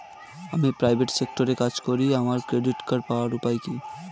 আমি প্রাইভেট সেক্টরে কাজ করি আমার ক্রেডিট কার্ড পাওয়ার উপায় কি?